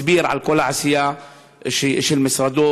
הסביר על כל העשייה של משרדו,